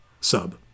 sub